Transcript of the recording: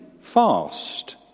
fast